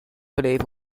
believe